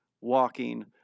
walking